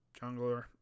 jungler